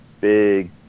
big